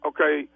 Okay